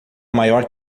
maior